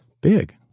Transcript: big